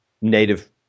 native